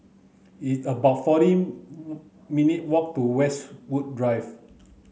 it's about fourteen minute' walk to Westwood Drive